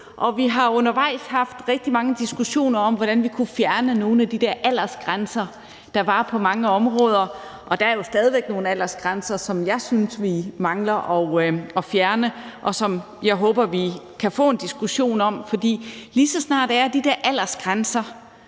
vi har undervejs haft rigtig mange diskussioner om, hvordan vi kunne fjerne nogle af de der aldersgrænser, der var på mange områder. Der er jo stadig væk nogle aldersgrænser, som jeg synes vi mangler at fjerne, og som jeg håber vi kan få en diskussion om. For lige så snart der er de der aldersgrænser,